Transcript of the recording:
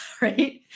right